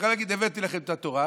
יכול היה להגיד: הבאתי לכם את התורה,